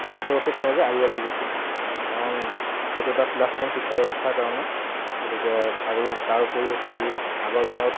শিক্ষা ব্যৱস্থাটোক তেওঁলোকে আগুৱাই লৈ গৈছিলে কাৰণ সেইটো এটা প্লাছ পইণ্ট শিক্ষা ব্যৱস্থাৰ কাৰণে গতিকে আৰু তাৰ উপৰিও হৈছে কি আগৰ দিনত